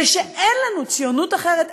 ואין לנו ציונות אחרת,